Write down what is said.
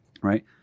right